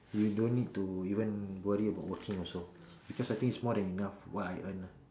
you don't need to even worry about working also because I think it's more than enough what I earn lah